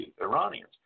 Iranians